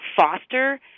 foster